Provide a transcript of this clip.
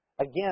Again